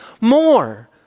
more